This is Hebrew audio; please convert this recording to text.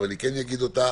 אבל אני אגיד אותה